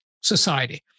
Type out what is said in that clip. society